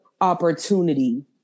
opportunity